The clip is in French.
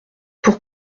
pour